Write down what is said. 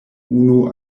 unu